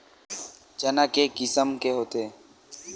चना के किसम के होथे?